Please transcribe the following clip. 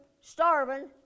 starving